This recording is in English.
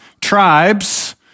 tribes